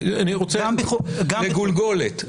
לגולגולת.